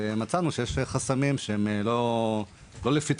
ומצאנו שיש חסמים שהם לא לפתחנו,